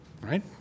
right